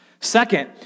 Second